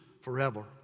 forever